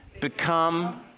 become